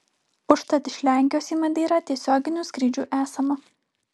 užtat iš lenkijos į madeirą tiesioginių skrydžių esama